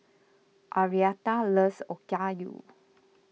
Arietta loves Okayu